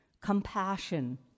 compassion